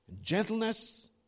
gentleness